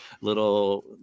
little